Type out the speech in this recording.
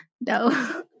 No